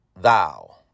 thou